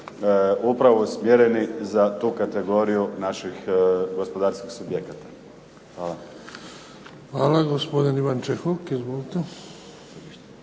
upravo usmjereni za tu kategoriju naših gospodarskih subjekata. Hvala. **Bebić, Luka (HDZ)** Hvala. Gospodin Ivan Čehok, izvolite.